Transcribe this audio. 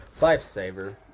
lifesaver